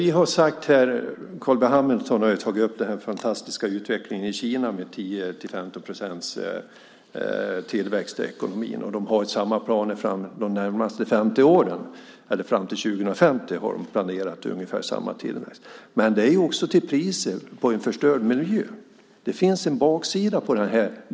Carl B Hamilton har tagit upp den fantastiska utvecklingen i Kina, med 10-15 procents tillväxt i ekonomin och planer på ungefär samma tillväxt fram till 2050. Men det är också till priset av en förstörd miljö. Det finns en baksida på det här.